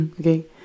okay